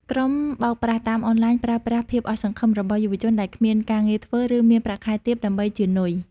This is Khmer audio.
ក្រុមបោកប្រាស់តាមអនឡាញប្រើប្រាស់ "ភាពអស់សង្ឃឹម" របស់យុវជនដែលគ្មានការងារធ្វើ ឬមានប្រាក់ខែទាប ដើម្បីជានុយ។